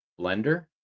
blender